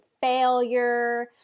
failure